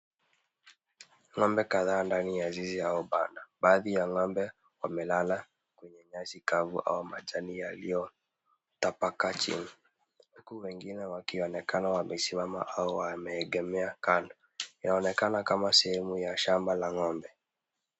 Ng'ombe kadhaa ndani ya zizi au banda. Baadhi ya ng'ombe wamelala kwenye nyasi kavu au majani yaliyotapakaa chini huku wengine wakionekana wamesimama au wameegemea kando. Yaonekana kama sehemu ya shamba la ng'ombe.